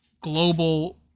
global